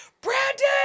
Brandon